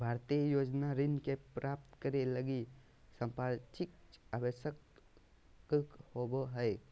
भारतीय योजना ऋण के प्राप्तं करे लगी संपार्श्विक आवश्यक होबो हइ